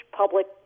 public